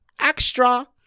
Extra